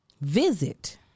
Visit